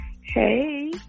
Hey